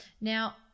now